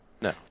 No